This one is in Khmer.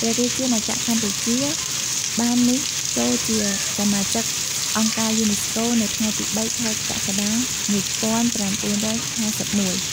ព្រះរាជាណាចក្រកម្ពុជាបាននេះចូលជាសមាជិកអង្គការយូណេស្កូ នៅថ្ងៃទី៣ ខែកក្កដា ១៩៥១។